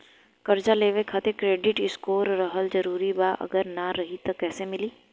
कर्जा लेवे खातिर क्रेडिट स्कोर रहल जरूरी बा अगर ना रही त कैसे मिली?